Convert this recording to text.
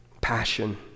passion